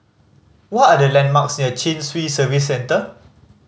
what are the landmarks near Chin Swee Service Centre